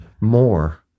more